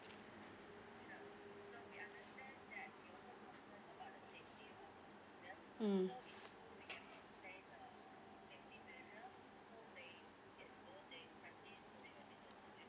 mm